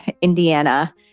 Indiana